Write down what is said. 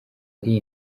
ari